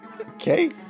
Okay